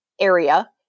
area